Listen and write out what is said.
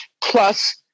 Plus